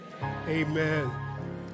amen